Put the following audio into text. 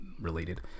related